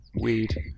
Weed